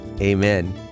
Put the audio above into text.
Amen